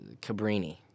Cabrini